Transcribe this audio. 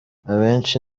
abenshi